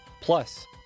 plus